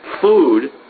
food